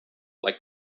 like